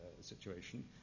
situation